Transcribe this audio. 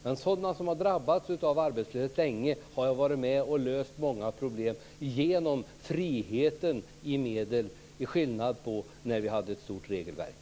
Jag kan dock säga att jag har varit med om att genom en frihet i medelsanvändningen lösa många problem för sådana som länge varit arbetslösa, till skillnad mot vad som kunnat ske under ett omfattande regelverk.